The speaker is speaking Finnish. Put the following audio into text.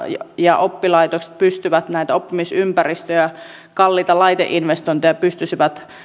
ja oppilaitokset yhdessä pystyisivät näitä oppimisympäristöjä kalliita laiteinvestointeja